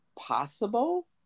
possible